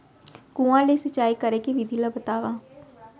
कुआं ले सिंचाई करे के विधि ला बतावव?